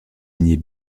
signées